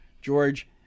George